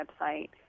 website—